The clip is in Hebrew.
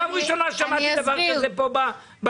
פעם ראשונה ששמעתי דבר כזה בכנסת,